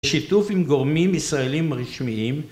שיתוף עם גורמים ישראלים רשמיים